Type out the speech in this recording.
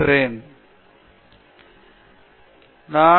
என் நம்பிக்கை என்னவென்றால் ஐ